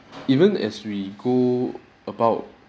even as we go about